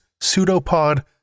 Pseudopod